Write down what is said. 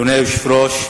אדוני היושב-ראש,